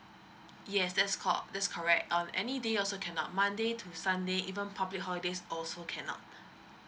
yes that's cor~ that's correct um any day also cannot monday to sunday even public holidays also cannot